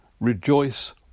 Rejoice